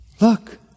Look